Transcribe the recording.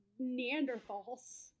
Neanderthals